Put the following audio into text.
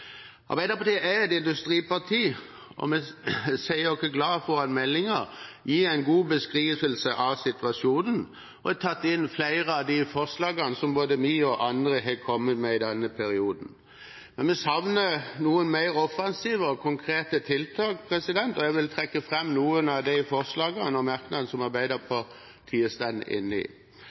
Arbeiderpartiet er et industriparti, og vi sier oss glade for at meldingen gir en god beskrivelse av situasjonen, og at man har tatt inn flere av de forslagene som både vi og andre har kommet med i denne perioden. Men vi savner noen mer offensive og konkrete tiltak, og jeg vil trekke fram noen av de forslagene og merknadene som Arbeiderpartiet står inne i.